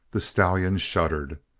the stallion shuddered.